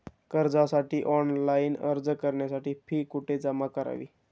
कर्जासाठी ऑनलाइन अर्ज करण्यासाठी फी कुठे जमा करावी?